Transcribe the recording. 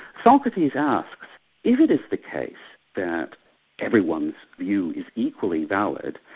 socrates asks if it is the case that everyone's view is equally valid,